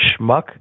schmuck